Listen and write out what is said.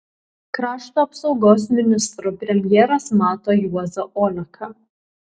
krašto apsaugos ministru premjeras mato juozą oleką